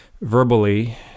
verbally